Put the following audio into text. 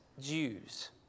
Jews